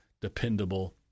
dependable